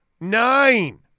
Nine